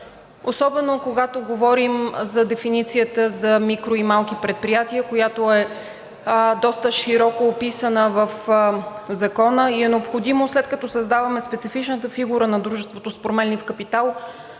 особено когато говорим за дефиницията за микро- и малки предприятия, която е доста широко описана в закона, и е необходимо, след като създаваме специфичната фигура на дружеството с променлив капитал,